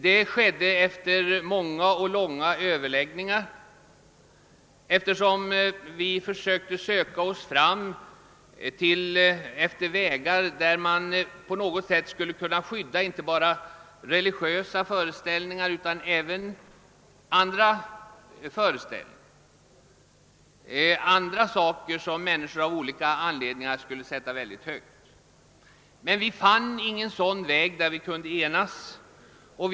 Det skedde efter många och långa överläggningar, eftersom vi sökte en lösning som skulle innebära skydd inte bara för religiösa föreställningar utan även för annat som människor av olika anledningar sätter högt. Vi fann emellertid ingen lösning som vi kunde enas om.